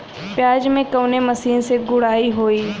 प्याज में कवने मशीन से गुड़ाई होई?